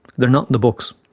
they're not in the books.